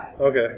Okay